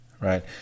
Right